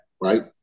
right